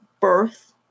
birth